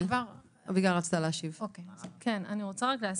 אני רוצה להסביר.